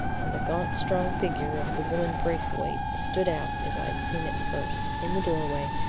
and the gaunt strong figure of the woman braithwaite stood out as i had seen it first, in the doorway,